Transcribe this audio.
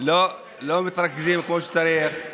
ולא מתרכזים כמו שצריך,